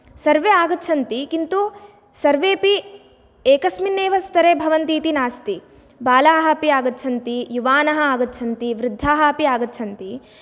सर्वे आगच्छन्ति किन्तु सर्वेऽपि एकस्मिन् एव स्तरे भवन्ति इति नास्ति बालाः अपि आगच्छन्ति युवानः आगच्छन्ति वृद्धाः अपि आगच्छन्ति